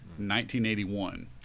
1981